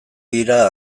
dira